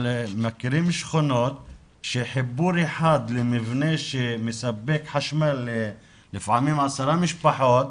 שכונות שחיבור אחד למבנה שמספק חשמל של לפעמים עשר משפחות,